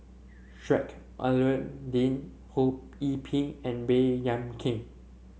Sheik Alau'ddin Ho Yee Ping and Baey Yam Keng